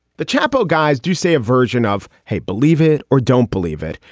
the chapo guys do say a version of hey, believe it or don't believe it,